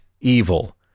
evil